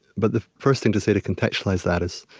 but the first thing to say, to contextualize that, is,